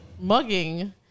mugging